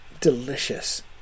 Delicious